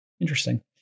Interesting